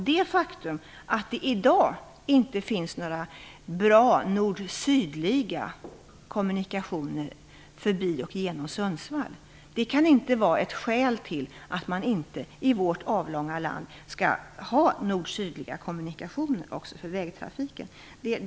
Det faktum att det i dag inte finns några bra nord-sydliga kommunikationer förbi och genom Sundsvall kan inte vara ett skäl till att man i vårt avlånga land inte skall ha nord-sydliga kommunikationer också för vägtrafiken.